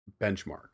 benchmark